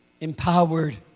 Empowered